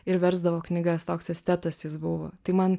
ir versdavo knygas toks estetas jis buvo tai man